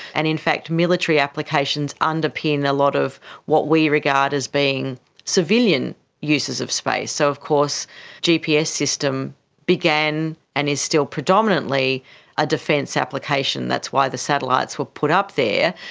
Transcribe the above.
and in fact military applications underpin a lot of what we regard as being civilian uses of space. so of course the gps system began and is still predominantly a defence application, that's why the satellites were put up there.